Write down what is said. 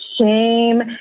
shame